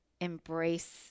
embrace